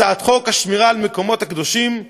הצעת חוק השמירה על מקומות קדושים (תיקון,